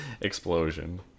Explosion